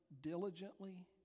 diligently